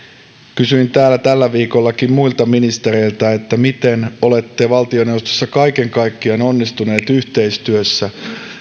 kysyin täällä tällä viikollakin muilta ministereiltä miten olette valtioneuvostossa kaiken kaikkiaan onnistuneet yhteistyössä